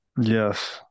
Yes